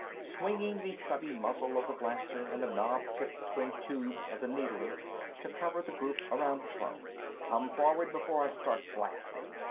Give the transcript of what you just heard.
swinging the stubby muzzle of the blaster and the knob-tipped twin tubes of the needler to cover the group around the throne, come forward, before i start blasting!